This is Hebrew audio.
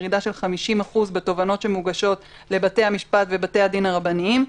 ירידה של 50% בתובענות שמוגשות לבתי המשפט ובתי הדין הרבניים.